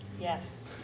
Yes